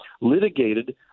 litigated